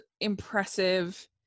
impressive